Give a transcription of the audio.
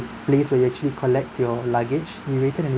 place where you actually collect your luggage we waited and